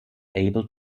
able